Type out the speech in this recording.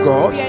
God